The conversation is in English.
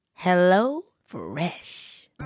HelloFresh